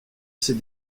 ses